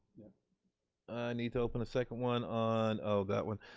yeah need to open a second one on, oh that one,